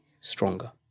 stronger